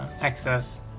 excess